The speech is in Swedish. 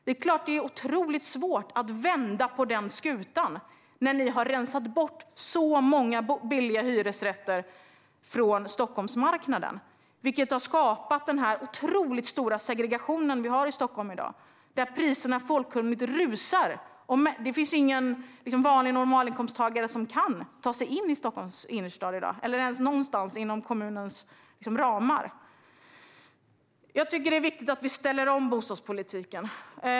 Det är klart att det är otroligt svårt att vända på den skutan när ni har rensat bort så många billiga hyresrätter från Stockholmsmarknaden, vilket har skapat den stora segregation vi har i Stockholm i dag. Priserna formligen rusar, och ingen normalinkomsttagare kan i dag ta sig in i Stockholms innerstad eller ens någonstans i kommunen. Det är viktigt att vi ställer om bostadspolitiken.